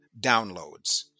downloads